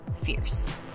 fierce